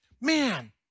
Man